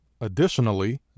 Additionally